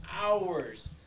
hours